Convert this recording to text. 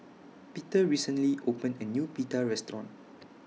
Peter recently opened A New Pita Restaurant